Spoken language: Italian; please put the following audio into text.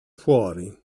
fuori